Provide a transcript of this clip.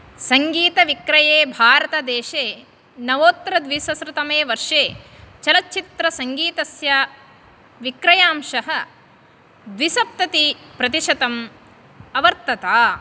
सङ्गीतविक्रये भारतदेशे नवोत्तरद्विसहस्रतमे वर्षे चलच्चित्रसङ्गीतस्य विक्रयांशः द्विसप्ततिप्रतिशतम् अवर्तत